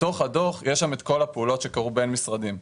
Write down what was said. בתוך הדוח יש את כל הפעולות שקרו בין משרדים.